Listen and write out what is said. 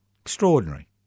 Extraordinary